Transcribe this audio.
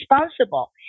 responsible